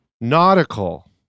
Nautical